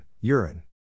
urine